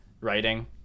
writing